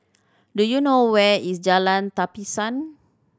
do you know where is Jalan Tapisan